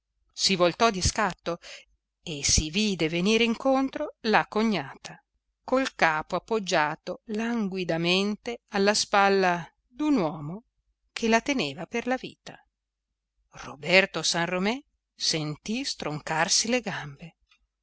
si voltò di scatto e si vide venire incontro la cognata col capo appoggiato languidamente alla spalla d'un uomo che la teneva per la vita roberto san romé sentì stroncarsi le gambe